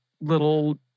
little